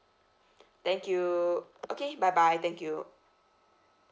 thank you okay bye bye thank you